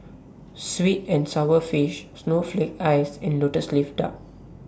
Sweet and Sour Fish Snowflake Ice and Lotus Leaf Duck